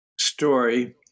story